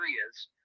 areas